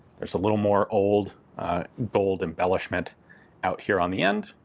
there's a little more old gold embellishment out here on the end,